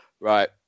Right